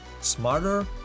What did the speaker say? smarter